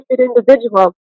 individual